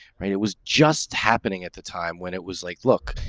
right? it was just happening at the time when it was like, look,